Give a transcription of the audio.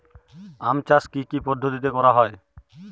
আম চাষ কি কি পদ্ধতিতে করা হয়?